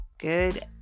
Good